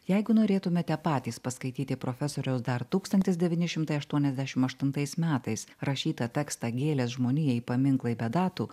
jeigu norėtumėte patys paskaityti profesoriaus dar tūkstantis devyni šimtaiaštuoniasdešimt aštuntais metais rašytą tekstą gėlės žmonijai paminklai be datų